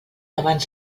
abans